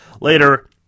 later